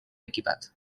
equipat